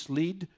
lead